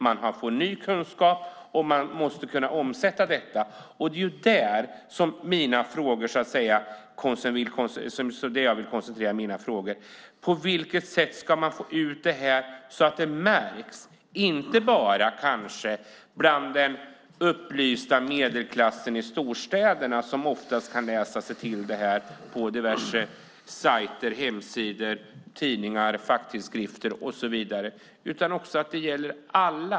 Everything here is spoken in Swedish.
Man får ny kunskap, och man måste kunna omsätta den. Det är detta jag vill koncentrera mina frågor på. På vilket sätt ska man få ut det här så att det märks, och inte bara bland den upplysta medelklassen i storstäderna? De kan ju oftast läsa sig till detta på diverse sajter och hemsidor, i tidningar, facktidskrifter och så vidare. Det ska gälla alla.